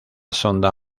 sonda